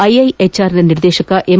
ಐಐಎಚ್ಆರ್ನ ನಿರ್ದೇಶಕ ಎಂ